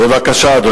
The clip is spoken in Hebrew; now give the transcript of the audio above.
בבקשה, אדוני.